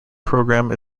program